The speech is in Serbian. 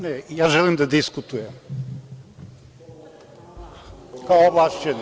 Ne, ja želim da diskutujem kao ovlašćeni.